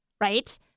right